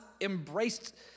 embraced